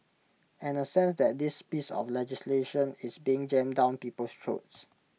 and A sense that this piece of legislation is being jammed down people's throats